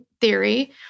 theory